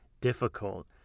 difficult